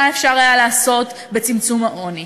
מה אפשר היה לעשות בצמצום העוני,